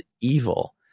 evil